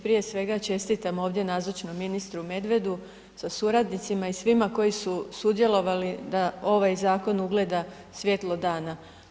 Prije svega, čestitam ovdje nazočnom ministru Medvedu sa suradnicima i svima koji su sudjelovali da ovaj zakon ugleda svjetlo dana.